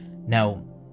Now